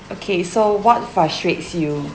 okay so what frustrates you